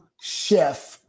chef